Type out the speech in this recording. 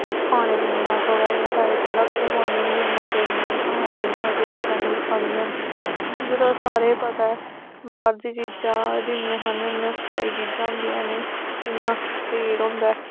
खाने पीने दा थोह्ड़ा जेहा डाइट रक्खनी पौंदी ऐ इन्ना तेल निं खाना इन्नी बाह्र दि चीजां निं खानियां ओह्दे बाद सारे गी पता ऐ बाह्र दी चीजां जिन्नी खन्ने होन्ने फ्राइड चीजां होदियां न इन्ना तेल होंदा ऐ